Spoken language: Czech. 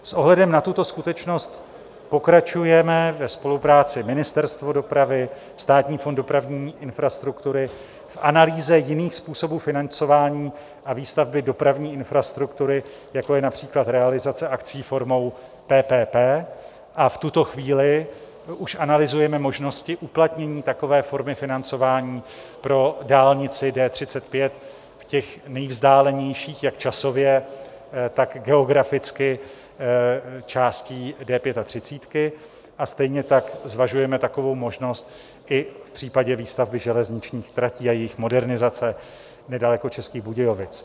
S ohledem na tuto skutečnost pokračujeme ve spolupráci Ministerstvo dopravy, Státní fond dopravní infrastruktury v analýze jiných způsobů financování a výstavby dopravní infrastruktury, jako je například realizace akcí formou PPP, a v tuto chvíli už analyzujeme možnosti uplatnění takové formy financování pro dálnici D35 v těch nejvzdálenějších jak časově, tak geograficky částí D35 a stejně tak zvažujeme takovou možnost i v případě výstavby železničních tratí a jejich modernizace nedaleko Českých Budějovic.